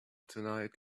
tonight